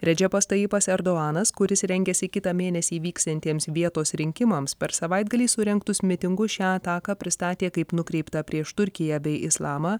redžepas tajipas erdoanas kuris rengiasi kitą mėnesį vyksiantiems vietos rinkimams per savaitgalį surengtus mitingus šią ataką pristatė kaip nukreiptą prieš turkiją bei islamą